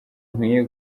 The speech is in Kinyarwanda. nkwiye